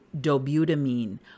dobutamine